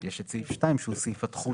יש את סעיף 2 שהוא סעיף התחולה.